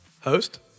Host